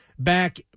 back